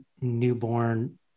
newborn